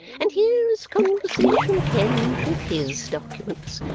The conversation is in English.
and here is conversation kenge. with his documents!